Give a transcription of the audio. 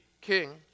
king